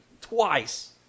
twice